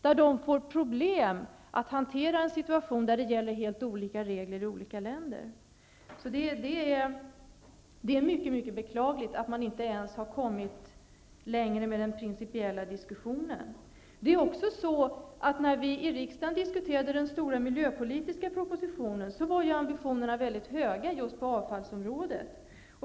Man får problem med att hantera en situation där det gäller helt olika regler i olika länder. Det är mycket beklagligt att man inte ens har kommit längre med den principiella diskussionen. När vi diskuterade den stora miljöpolitiska propositionen var ambitionerna mycket höga på just avfallsområdet.